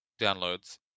downloads